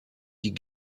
die